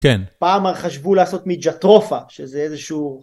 כן. פעם חשבו לעשות מיג'טרופה, שזה איזשהו...